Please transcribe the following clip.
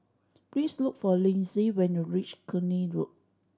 please look for Linzy when you reach Cluny Road